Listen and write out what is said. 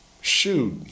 shoot